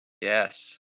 Yes